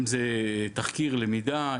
אם זה תחקיר למידה,